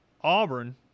Auburn